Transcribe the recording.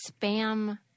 spam